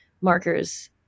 markers